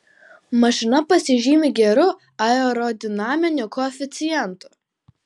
mašina pasižymi geru aerodinaminiu koeficientu